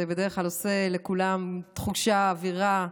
זה בדרך כלל עושה לכולם תחושה, אווירה,